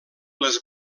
les